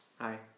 hi